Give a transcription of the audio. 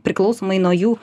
priklausomai nuo jų